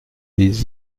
les